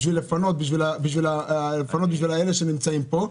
לפנות בשביל אלה שנמצאים פה,